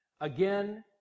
Again